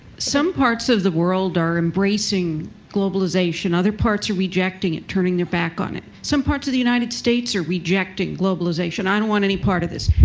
some parts of the world are embracing globalization. other parts are rejecting it, turning their back on it. some parts of the united states are rejecting globalization. i don't want any part of this.